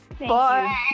Bye